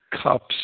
cups